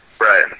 Right